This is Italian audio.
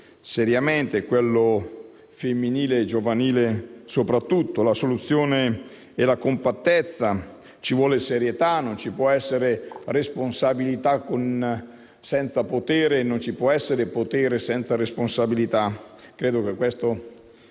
soprattutto quello femminile e giovanile. La soluzione è la compattezza e ci vuole serietà: non ci può essere responsabilità senza potere e non ci può essere potere senza responsabilità. Credo che di questo